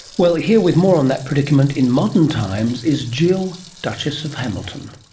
well, here with more on that predicament, in modern times, is jill, duchess of hamilton.